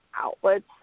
outlets